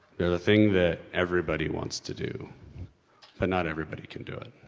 they're the thing that everybody wants to do but not everybody can do it.